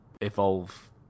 evolve